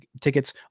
tickets